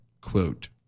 quote